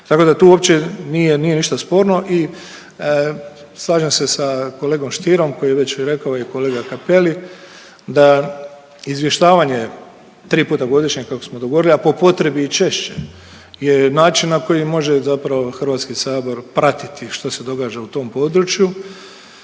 tako da tu uopće nije, nije ništa sporno i slažem se sa kolegom Stierom koji je već rekao i kolega Cappelli da izvještavanje 3 puta godišnje kako smo i dogovorili, a po potrebi i češće je način na koji može zapravo Hrvatski sabor pratiti što se događa u tom području